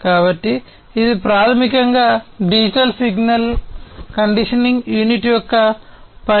కాబట్టి ఇది ప్రాథమికంగా డిజిటల్ సిగ్నల్ కండిషనింగ్ యూనిట్ యొక్క పని